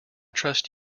trust